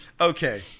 Okay